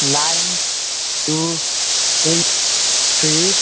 nine two six three